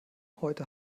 heute